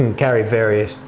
and carry various,